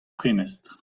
prenestr